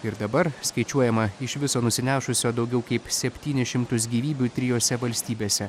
ir dabar skaičiuojama iš viso nusinešusio daugiau kaip septynis šimtus gyvybių trijose valstybėse